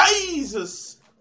Jesus